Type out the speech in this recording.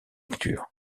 lecture